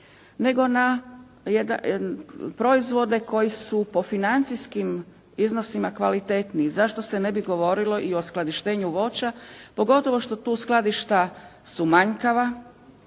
nego na proizvode koji su po financijskim iznosima kvalitetniji. Zašto se ne bi govorilo i o skladištenju voća pogotovo što tu skladišta su manjkava,